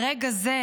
ברגע זה,